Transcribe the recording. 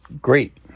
great